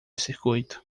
circuito